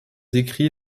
écrits